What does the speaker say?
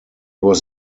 was